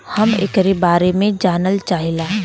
हम एकरे बारे मे जाने चाहीला?